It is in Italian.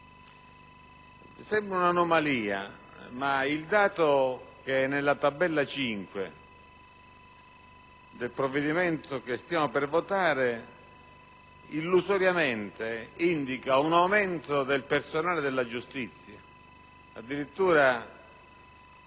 Sembra un'anomalia, ma il dato della tabella 5 del provvedimento che stiamo per votare, illusoriamente indica un aumento del personale della giustizia: addirittura